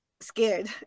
scared